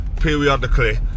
periodically